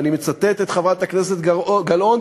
אני מצטט את חברת הכנסת גלאון.